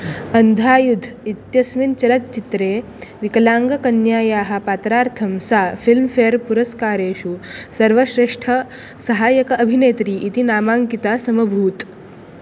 अन्धा युध् इत्यस्मिन् चलच्चित्रे विकलाङ्गकन्यायाः पात्रार्थं सा फ़िल्म् फ़ेर् पुरस्कारेषु सर्वश्रेष्ठसहायक अभिनेत्री इति नामाङ्किता समभूत्